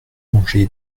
manger